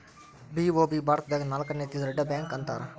BOB ಭಾರತದಾಗ ನಾಲ್ಕನೇ ಅತೇ ದೊಡ್ಡ ಬ್ಯಾಂಕ ಅಂತಾರ